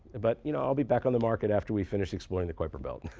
but you know, i'll be back on the market after we finish exploring the kuiper belt.